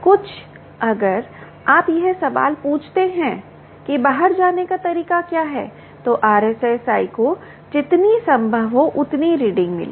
कुछ अगर आप यह सवाल पूछते रहते हैं कि बाहर जाने का तरीका क्या है तो आरएसएसआई को जितनी संभव हो उतनी रीडिंग मिलें